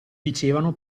dicevano